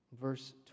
Verse